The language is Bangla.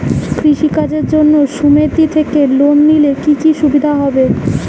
কৃষি কাজের জন্য সুমেতি থেকে লোন নিলে কি কি সুবিধা হবে?